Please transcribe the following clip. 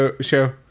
show